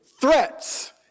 threats